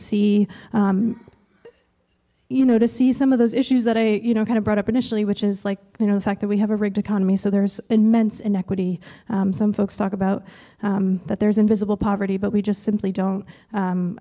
see you know to see some of those issues that i you know kind of brought up initially which is like you know the fact that we have a riddick on me so there's been men's inequity some folks talk about that there's invisible poverty but we just simply don't